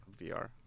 VR